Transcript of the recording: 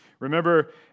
Remember